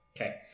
Okay